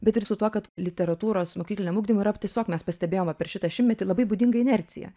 bet ir su tuo kad literatūros mokykliniam ugdymui yra tiesiog mes pastebėjom va per šitą šimtmetį labai būdinga inercija